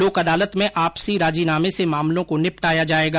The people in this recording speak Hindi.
लोक अदालत में आपसी राजीनामे से मामलों को निपटाया जायेगा